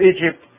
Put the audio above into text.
Egypt